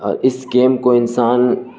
اور اس گیم کو انسان